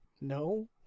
no